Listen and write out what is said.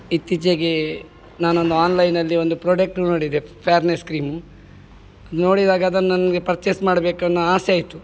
ಇತ್ತೀಚೆಗೆ ನಾನೊಂದು ಆನ್ಲೈನಲ್ಲಿ ಒಂದು ಪ್ರೊಡೆಕ್ಟ್ ನೋಡಿದೆ ಫ್ಯಾರ್ನೆಸ್ ಕ್ರೀಮ್ ನೋಡಿದಾಗ ಅದನ್ನ ನನಗೆ ಪರ್ಚೆಸ್ ಮಾಡಬೇಕನ್ನೋ ಆಸೆ ಆಯಿತು